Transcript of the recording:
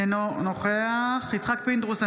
אינו נוכח יצחק פינדרוס,